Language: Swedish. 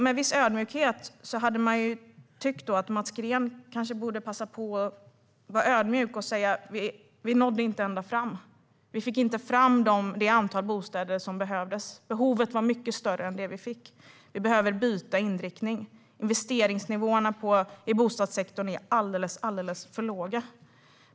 Man hade då kunnat tycka att Mats Green borde vara ödmjuk och säga: Vi nådde inte ända fram. Vi fick inte fram det antal bostäder som behövdes. Behovet var mycket större än det vi fick. Vi behöver byta inriktning. Investeringsnivåerna i bostadssektorn är alldeles för låga.